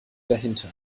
dahinter